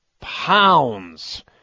pounds